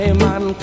man